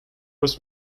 first